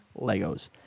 Legos